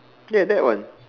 ya that one